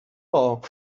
all